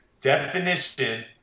definition